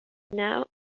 now